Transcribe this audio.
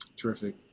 Terrific